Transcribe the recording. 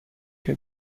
que